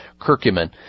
curcumin